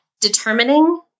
determining